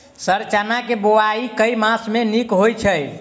Sir चना केँ बोवाई केँ मास मे नीक होइ छैय?